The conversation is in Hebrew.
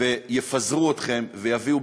ויפזרו אתכם ויביאו,